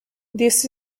this